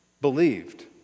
believed